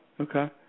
okay